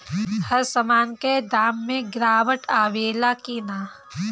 हर सामन के दाम मे गीरावट आवेला कि न?